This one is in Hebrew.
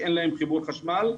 שאין להם חיבור חשמל.